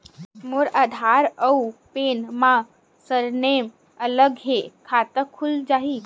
मोर आधार आऊ पैन मा सरनेम अलग हे खाता खुल जहीं?